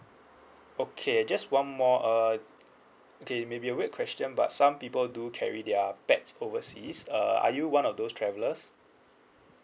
okay just one more uh okay maybe a weird question but some people do carry their pets oversea is uh are you one of those travellers